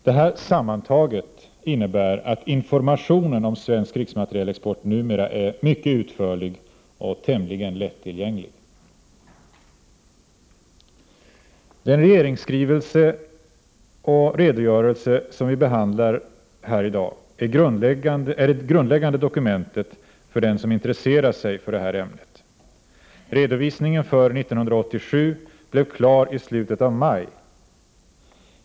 Det här sammantaget innebär att informationen om svensk krigsmaterielexport numera är mycket utförlig och tämligen lättillgänglig. Den regeringsskrivelse och redogörelse som vi behandlar i dag är det grundläggande dokumentet för den som intresserar sig för ämnet. Redovisningen för 1987 blev klar i slutet av maj.